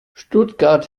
stuttgart